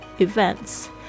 events